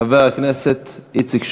חבר הכנסת איציק שמולי,